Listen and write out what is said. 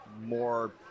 more